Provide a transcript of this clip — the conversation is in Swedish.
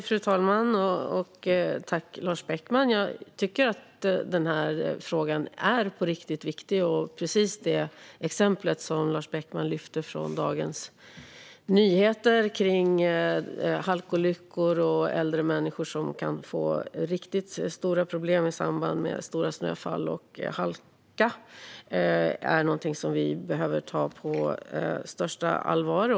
Fru talman! Lars Beckman! Jag tycker på riktigt att denna fråga är viktig. Det exempel som Lars Beckman lyfter fram från Dagens Nyheter kring halkolyckor och äldre människor som kan få riktigt stora problem i samband med stora snöfall och halka är något som vi behöver ta på största allvar.